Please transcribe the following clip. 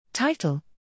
Title